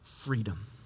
Freedom